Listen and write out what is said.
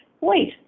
wait